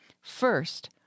First